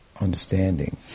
understanding